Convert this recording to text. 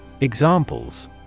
Examples